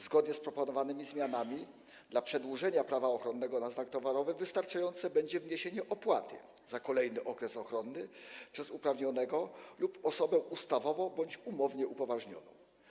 Zgodnie z proponowanymi zmianami aby przedłużyć prawo ochronne na znak towarowy, wystarczające będzie wniesienie opłaty za kolejny okres ochronny przez uprawnionego lub osobę ustawowo bądź umownie upoważnioną.